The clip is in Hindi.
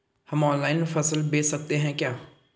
हम ऑनलाइन फसल बेच सकते हैं क्या?